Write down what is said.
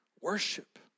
worship